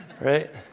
right